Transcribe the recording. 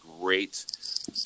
great